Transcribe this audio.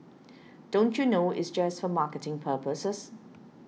don't you know it's just for marketing purposes